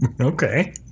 okay